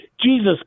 Jesus